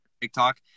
TikTok